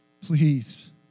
please